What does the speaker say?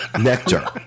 Nectar